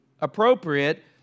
appropriate